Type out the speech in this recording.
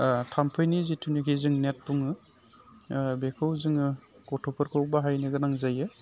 थामफैनि जिथुनिखि जोङो नेट बुङो बेखौ जोङो गथ'फोरखौ बाहायनो गोनां जायो